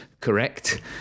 correct